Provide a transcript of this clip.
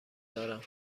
دارم